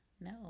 No